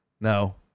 No